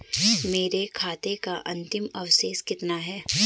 मेरे खाते का अंतिम अवशेष कितना है?